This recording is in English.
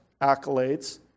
accolades